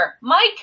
Mike